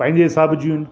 पंहिंजे हिसाब जूं आहिनि